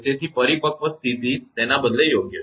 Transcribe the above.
તેથી પરિપક્વ સ્થિતી તેના બદલે યોગ્ય છે